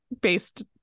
based